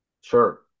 Sure